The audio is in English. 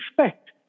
respect